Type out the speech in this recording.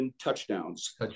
Touchdowns